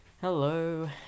Hello